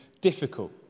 difficult